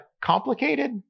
complicated